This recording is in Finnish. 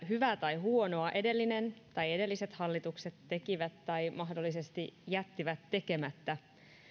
hyvää tai huonoa edellinen tai edelliset hallitukset tekivät tai mahdollisesti jättivät tekemättä